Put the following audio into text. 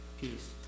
peace